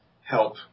help